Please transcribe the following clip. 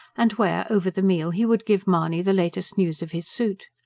and where, over the meal, he would give mahony the latest news of his suit.